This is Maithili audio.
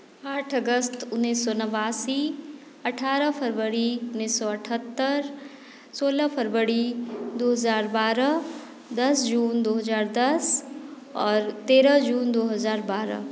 आठ अगस्त उन्नैस सए नबासी अठारह फरवरी उन्नैस सए अठहत्तरि सोलह फरवरी दू हजार बारह दस जून दू हजार दस आओर तेरह जून दू हजार बारह